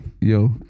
yo